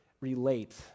relate